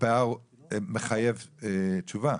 הפער הוא מחייב תשובה.